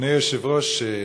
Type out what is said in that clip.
אדוני היושב-ראש,